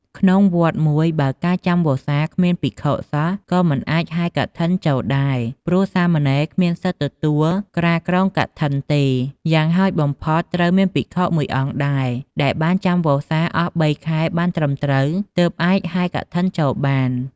ក្នុងវត្តមួយបើការចាំវស្សាគ្មានភិក្ខុសោះក៏មិនអាចហែរកឋិនចូលដែរ ព្រោះសាមណេរគ្មានសិទ្ធិទទួលក្រាលគ្រងកឋិនទេ យ៉ាងហោចបំផុតត្រូវមានភិក្ខុ១អង្គដែរ ដែលបានចាំវស្សាអស់៣ខែបានត្រឹមត្រូវ ទើបអាចហែកឋិនចូលបាន។